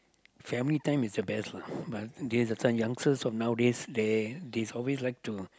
family time is the best lah but these kind of youngsters nowadays they they always like to